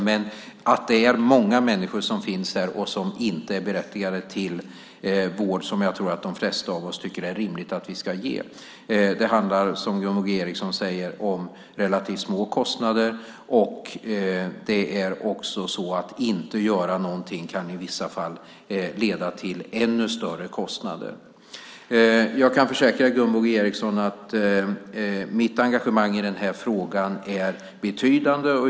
Men det är många människor som finns här som inte är berättigade till den vård som jag tror att de flesta av oss tycker är rimlig att vi ska ge. Det handlar, som Gunvor G Ericson säger, om relativt små kostnader. Att inte göra något kan i vissa fall leda till ännu större kostnader. Jag kan försäkra Gunvor G Ericson om att mitt engagemang i den här frågan är betydande.